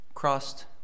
crossed